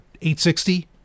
860